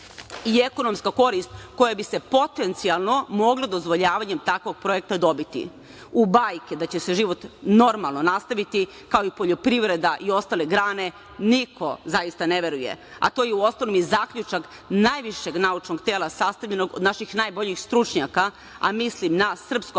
i ekonomska korist koja bi se potencijalno mogla dozvoljavanjem takvog projekta dobiti.U bajke da će se život normalno nastaviti, kao i poljoprivreda i ostale grane, niko zaista ne veruje, a to je u ostalom i zaključak najvišeg naučnog tela sastavljenog od naših najboljih stručnjaka, a mislim na SANU,